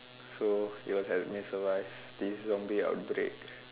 so it'll help me survive this zombie outbreak